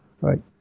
Right